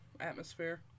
atmosphere